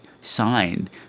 signed